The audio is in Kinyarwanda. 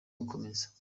bakomeza